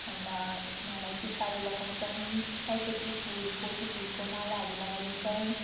अन्त उनीहरूलाई टिकाहरू लगाउँछौँ सयपत्री फुल पोथी फुलको मालाहरू लगाइदिन्छौँ